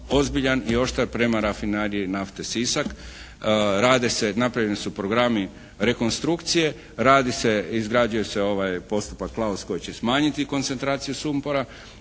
ozbiljan i oštar prema Rafineriji nafte Sisak. Rade se, napravljeni su programi rekonstrukcije. Radi se, izgrađuje se ovaj “postupak Klaus“ koji će smanjiti koncentraciju sumpora.